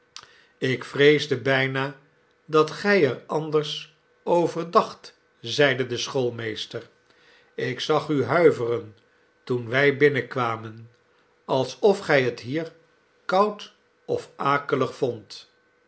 ik vreesde bijna dat gij er anders over dacht zeide de schoolmeester ik zag u huiveren toen wij binnenkwamen alsof gij het hier koud of akelig vondt